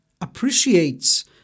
appreciates